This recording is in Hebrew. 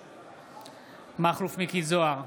בעד מכלוף מיקי זוהר,